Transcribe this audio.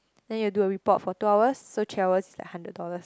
then you do a report for two hours so three hours is like hundred dollars